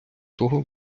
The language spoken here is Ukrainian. того